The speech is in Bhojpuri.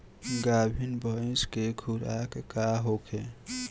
गाभिन भैंस के खुराक का होखे?